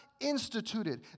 instituted